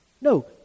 No